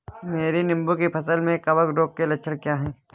मेरी नींबू की फसल में कवक रोग के लक्षण क्या है?